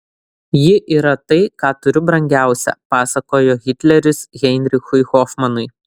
ji yra tai ką turiu brangiausia pasakojo hitleris heinrichui hofmanui